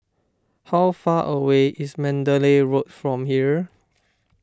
how far away is Mandalay Road from here